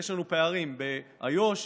יש לנו פערים ביו"ש,